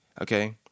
Okay